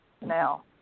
now